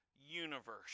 universe